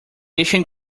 ancient